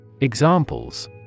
Examples